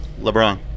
LeBron